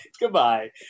goodbye